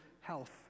health